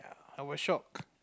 I was shock